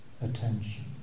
attention